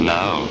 now